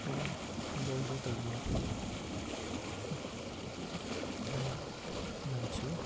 म बौद्ध धर्म लाई मान्छु